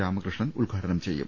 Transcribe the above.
രാമകൃഷ്ണൻ ഉദ്ഘാടനം ചെയ്യും